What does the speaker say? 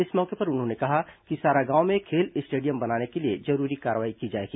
इस मौके पर उन्होंने कहा कि सारागांव में खेल स्टेडियम बनाने के लिए जरूरी कार्रवाई की जाएगी